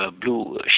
blue